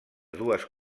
dues